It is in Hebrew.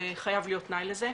חייב להיות תנאי לזה.